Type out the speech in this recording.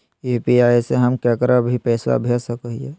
UPI से हम केकरो भी पैसा भेज सको हियै?